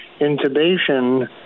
intubation